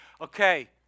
okay